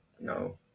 No